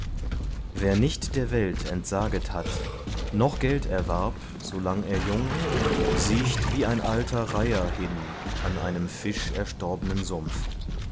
wer nicht der welt entsaget hat noch geld erwarb so lang er jung siecht wie ein alter reiher hin an einem fischerstorbnen sumpf